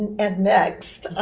and next,